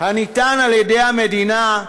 הניתן על-ידי המדינה,